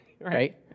right